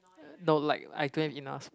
no like I don't have enough